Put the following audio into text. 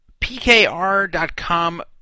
PKR.com